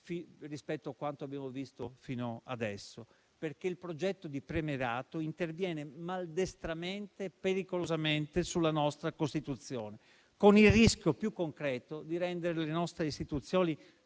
rispetto a quanto abbiamo visto fino adesso. Il progetto di premierato interviene maldestramente e pericolosamente sulla nostra Costituzione, con il rischio più concreto di rendere le nostre istituzioni